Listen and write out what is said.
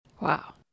Wow